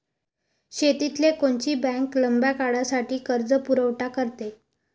शेतीले कोनची बँक लंब्या काळासाठी कर्जपुरवठा करते?